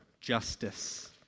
justice